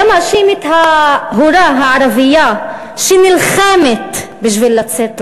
היה מאשים את ההורה הערבייה שנלחמת בשביל לצאת לעבוד?